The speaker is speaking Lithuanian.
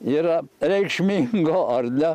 yra reikšmingo ar ne